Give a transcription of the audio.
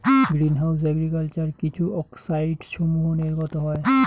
green house agriculture কিছু অক্সাইডসমূহ নির্গত হয়